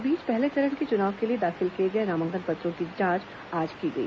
इस बीच पहले चरण के चुनाव के लिए दाखिल किए गए नामांकन पत्रों की आज जांच की गई